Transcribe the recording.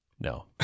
No